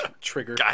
Trigger